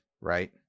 right